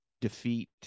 defeat